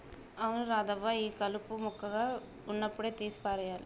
అవును రాధవ్వ ఈ కలుపు మొక్కగా ఉన్నప్పుడే తీసి పారేయాలి